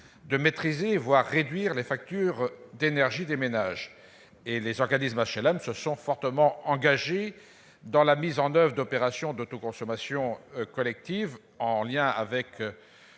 de maîtriser, voire de réduire, les factures d'énergie des ménages. Les organismes d'HLM se sont fortement engagés dans la mise en oeuvre d'opérations d'autoconsommation collective, en liaison avec